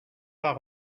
pas